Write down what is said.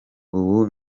ubu